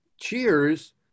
Cheers